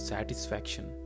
Satisfaction